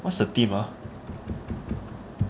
what's the team ah